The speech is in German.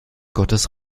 gottes